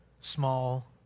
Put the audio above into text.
small